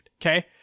okay